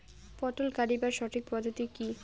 পটল গারিবার সঠিক পদ্ধতি কি?